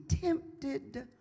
tempted